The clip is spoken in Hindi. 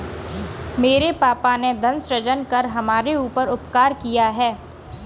मेरे पापा ने धन सृजन कर हमारे ऊपर उपकार किया है